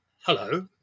hello